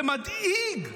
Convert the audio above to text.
זה מדאיג.